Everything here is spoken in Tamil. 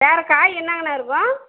வேறு காய் என்னங்கண்ண இருக்கும்